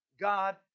God